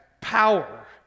power